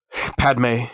Padme